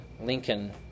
Lincoln